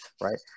right